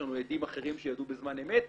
יש לנו עדים אחרים שידעו בזמן אמת.